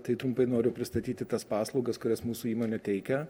tai trumpai noriu pristatyti tas paslaugas kurias mūsų įmonė teikia